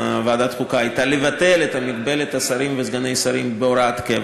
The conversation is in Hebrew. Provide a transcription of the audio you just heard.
כתפיה קריאות לסדר מהדיון בוועדה המיוחדת,